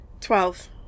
Twelve